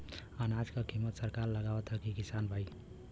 अनाज क कीमत सरकार लगावत हैं कि किसान भाई?